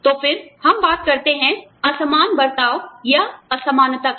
तो फिर हम बात करते हैं असमान बर्ताव या असमानता की